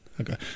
okay